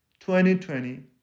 2020